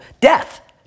death